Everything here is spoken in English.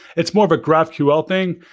it's more of a graphql thing.